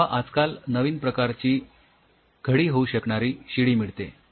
किंवा आजकाल नवीन प्रकारची घडी होऊ शकणारी शिडी मिळते